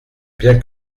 bien